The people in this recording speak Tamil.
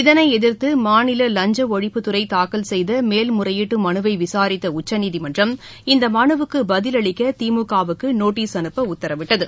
இதனை எதிர்த்து மாநில லஞ்ச ஒழிப்புத் துறை தாக்கல் செய்த மேல்முறையீட்டு மனுவை விசாரித்த உச்சநீதிமன்றம் இந்த மனுவுக்கு பதிலளிக்க திமுகவுக்கு நோட்டீஸ் அனுப்பஉத்தரவிட்டது